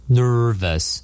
nervous